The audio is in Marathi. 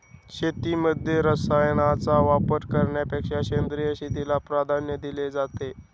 शेतीमध्ये रसायनांचा वापर करण्यापेक्षा सेंद्रिय शेतीला प्राधान्य दिले जाते